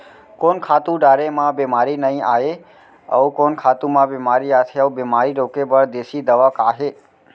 कोन खातू डारे म बेमारी नई आये, अऊ कोन खातू म बेमारी आथे अऊ बेमारी रोके बर देसी दवा का हे?